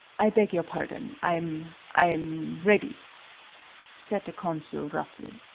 i beg your pardon i m i am ready said the consul, roughly.